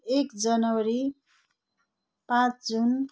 एक जनवरी पाँच जुन